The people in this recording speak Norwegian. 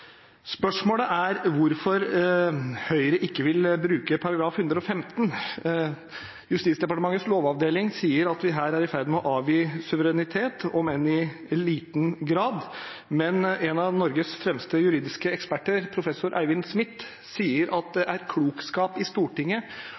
Spørsmålet er hvorfor Høyre ikke vil bruke § 115. Justisdepartementets lovavdeling sier at vi her er i ferd med å avgi suverenitet, om enn i liten grad. Men en av Norges fremste juridiske eksperter, professor Eivind Smith, sier at det